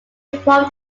formed